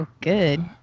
Good